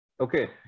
okay